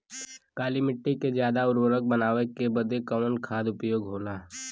काली माटी के ज्यादा उर्वरक बनावे के बदे कवन खाद उपयोगी होला?